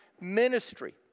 ministry